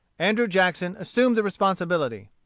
andrew jackson assumed the responsibility.